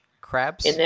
crabs